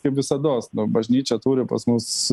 kaip visados nu bažnyčia turi pas mus